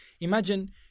imagine